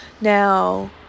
Now